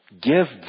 Give